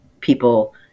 people